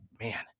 man